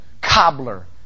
cobbler